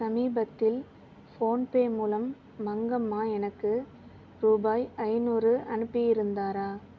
சமீபத்தில் ஃபோன்பே மூலம் மங்கம்மா எனக்கு ரூபாய் ஐநூறு அனுப்பி இருந்தாரா